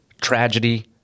tragedy